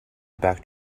back